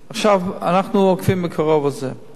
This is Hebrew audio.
אנחנו עוקבים אחרי זה מקרוב.